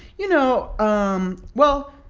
you know um well,